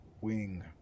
wing